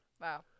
wow